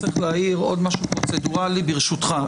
צריך להעיר עוד משהו פרוצדורלי ברשותך,